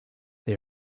they